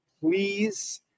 please